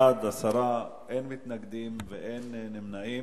בעד, 10, אין מתנגדים ואין נמנעים.